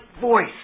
voice